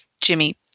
Jimmy